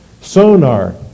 Sonar